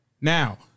Now